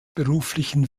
beruflichen